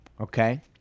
Okay